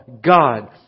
God